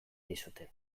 dizute